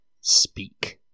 speak